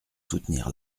soutenir